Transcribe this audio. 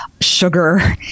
sugar